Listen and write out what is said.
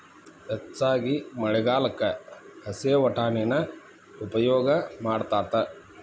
ಹೆಚ್ಚಾಗಿ ಮಳಿಗಾಲಕ್ಕ ಹಸೇ ವಟಾಣಿನ ಉಪಯೋಗ ಮಾಡತಾತ